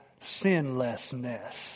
sinlessness